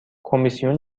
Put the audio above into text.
کمیسیون